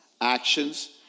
actions